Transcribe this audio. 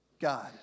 God